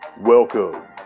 Welcome